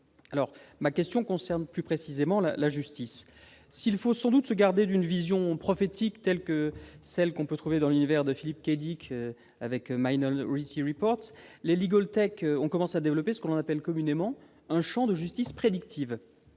Ma question concerne plus précisément la justice. S'il faut sans doute se garder d'une vision prophétique telle que celle que l'on peut trouver dans l'univers de Philip K. Dick avec, les ont commencé à développer ce que l'on appelle communément un champ de « justice prédictive